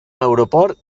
aeroport